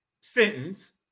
sentence